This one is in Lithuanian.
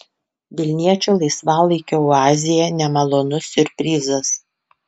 vilniečių laisvalaikio oazėje nemalonus siurprizas